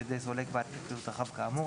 בידי סולק בעל היקף פעילות רחב כאמור,